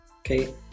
okay